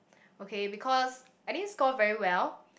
okay because I didn't score very well